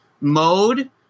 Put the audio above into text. mode